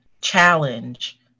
challenge